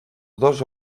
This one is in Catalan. dos